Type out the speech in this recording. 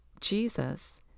jesus